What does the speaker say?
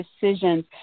decisions